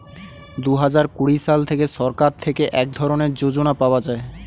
দুহাজার কুড়ি সাল থেকে সরকার থেকে এক ধরনের যোজনা পাওয়া যায়